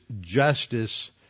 justice